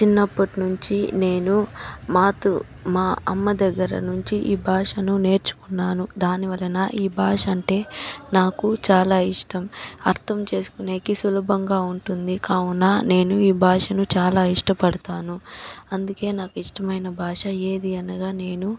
చిన్నపటినుంచి నేను మాతృ మా అమ్మ దగ్గర నుంచి ఈ భాషాను నేర్చుకున్నాను దానివలన ఈ భాష అంటే నాకు చాలా ఇష్టం అర్థం చేసుకునేకి సులభంగా ఉంటుంది కావున నేను ఈ భాషను చాలా ఇష్టపడతాను అందుకే నాకు ఇష్టమైన భాష ఏది అనగా నేను